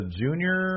junior